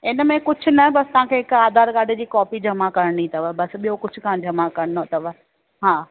इन में कुझु न बसि तव्हां खे हिकु आधार कार्ड जी कॉपी जमा करिणी अथव बसि ॿियो कुझु कोन जमा करिणो अथव हा